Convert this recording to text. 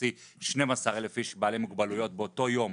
להוציא 12,000 איש בעלי מוגבלויות באותו יום